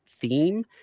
theme